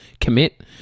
Commit